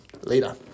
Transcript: Later